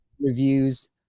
reviews